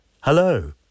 Hello